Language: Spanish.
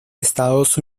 estados